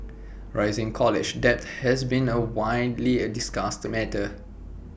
rising college debt has been A widely A discussed matter